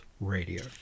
Radio